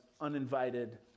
uninvited